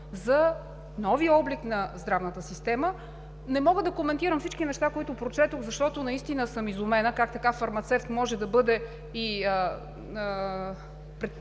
за новия облик на здравната система? Не мога да коментирам всички неща, които прочетох, защото наистина съм изумена как така фармацевт може да бъде физическо лице